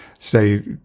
say